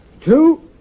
two